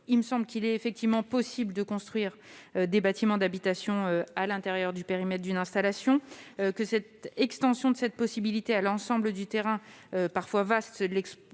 assez simple. Il est effectivement possible de construire des bâtiments d'habitation à l'intérieur du périmètre d'une installation, mais l'extension de cette possibilité à l'ensemble du terrain, parfois vaste,